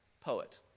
poet